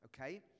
Okay